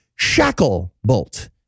Shacklebolt